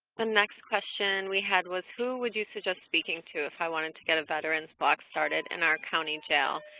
the next question we had was who would you suggest speaking to if i wanted to get a veterans block started in our county jail?